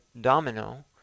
Domino